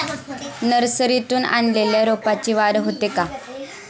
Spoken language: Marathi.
नर्सरीतून आणलेल्या रोपाची वाढ होते का?